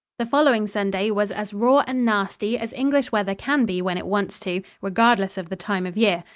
the following sunday was as raw and nasty as english weather can be when it wants to, regardless of the time of year,